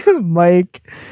mike